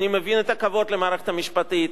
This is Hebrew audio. אני מבין את הכבוד למערכת המשפטית,